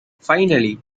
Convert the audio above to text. finally